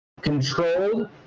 controlled